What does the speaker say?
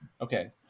Okay